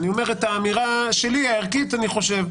אני אומר את האמירה הערכית שלי,